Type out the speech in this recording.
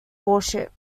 worship